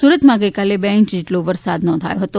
સુરતમાં ગઇકાલે બે ઇંચ જેટલો વરસાદ નોંધાયો હતો